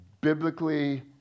biblically